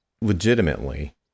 legitimately